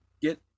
get